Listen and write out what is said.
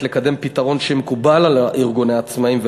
לקדם פתרון שיהיה מקובל על ארגוני העצמאים,